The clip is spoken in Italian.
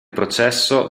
processo